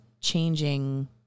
changing